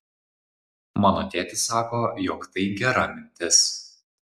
mano tėtis sako jog tai gera mintis